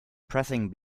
pressing